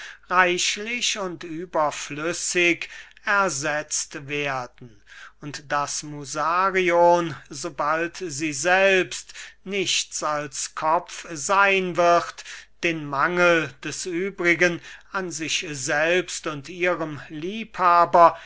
reichlich und überflüssig ersetzt werden und daß musarion sobald sie selbst nichts als kopf seyn wird den mangel des übrigen an sich selbst und ihrem liebhaber